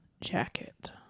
jacket